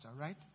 right